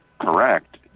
correct